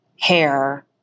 hair